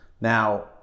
Now